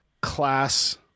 class